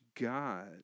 God